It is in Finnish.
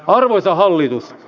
arvoisa hallitus